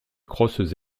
crosses